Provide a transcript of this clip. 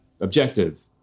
objective